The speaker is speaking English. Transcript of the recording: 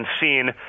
seen